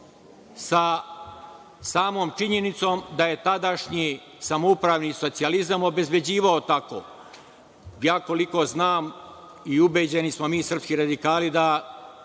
sa samom činjenicom da je tadašnji samoupravni socijalizam obezbeđivao tako. Koliko znam i ubeđeni smo mi srpski radikali da